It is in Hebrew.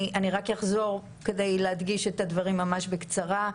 רק אחזור כדי להדגיש את הדברים ממש בקצרה.